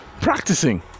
practicing